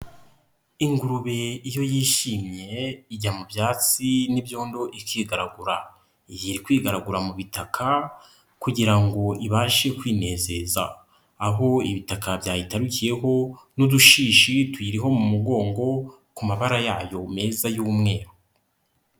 Ingurube iyo yishimye ijya mu byatsi n'ibyondo ikigaragura, iyi iri kwigaragura mu bitaka kugira ngo ibashe kwinezeza, aho ibitaka byayitarukiyeho n'udushishi tuyiriho mu mugongo ku mabara yayo meza y'umweru.